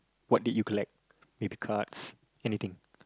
what did you collect maybe cards anything